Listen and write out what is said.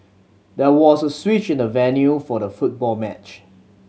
there was a switch in the venue for the football match